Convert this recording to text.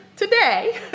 Today